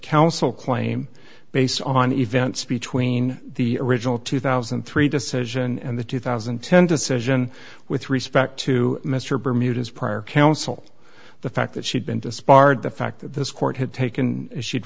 counsel claim based on events between the original two thousand and three decision and the two thousand and ten decision with respect to mr bermuda's prior counsel the fact that she'd been disbarred the fact that this court had taken she'd